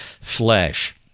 flesh